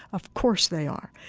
of course they are.